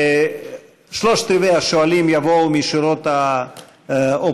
שלושת רבעי השואלים יבואו משורות האופוזיציה,